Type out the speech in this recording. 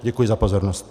Děkuji za pozornost.